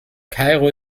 kairo